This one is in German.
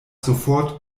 sofort